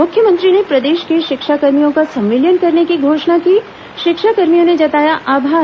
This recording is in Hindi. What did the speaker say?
मुख्यमंत्री ने प्रदेश के शिक्षाकर्मियों का संविलियन करने की घोषणा की शिक्षाकर्मियों ने जताया आभार